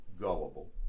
gullible